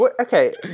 Okay